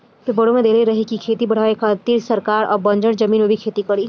पेपरवा में देले रहे की खेती के बढ़ावे खातिर सरकार अब बंजर जमीन पर भी खेती करी